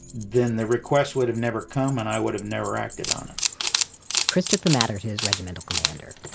then the request would have never come, and i would have never acted on it chris took the matter to his regimental commander,